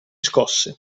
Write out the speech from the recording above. scosse